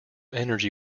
energy